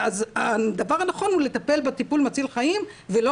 אז הדבר הנכון הוא לטפל בטיפול מציל חיים ולא